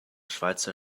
schweizer